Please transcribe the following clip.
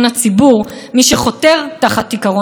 השקר השני: בג"ץ פוגע במשילות.